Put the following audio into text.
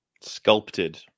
sculpted